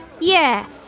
Yeah